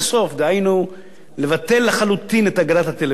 דהיינו, לבטל לחלוטין את אגרת הטלוויזיה,